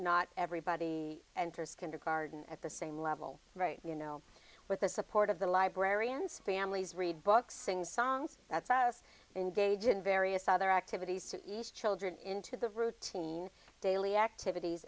not everybody enters kindergarden at the same level right you know with the support of the library and spam leaves read books sing songs that's i was engaged in various other activities to east children into the routine daily activities